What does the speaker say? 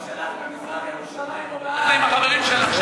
המקום שלך במזרח-ירושלים או בעזה עם החברים שלך,